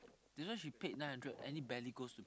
do you know she paid nine hundred and it barely goes to